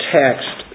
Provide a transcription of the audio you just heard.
text